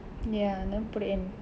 ya then put it in